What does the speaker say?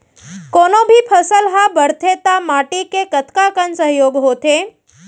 कोनो भी फसल हा बड़थे ता माटी के कतका कन सहयोग होथे?